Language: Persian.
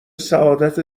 سعادت